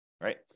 right